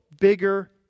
bigger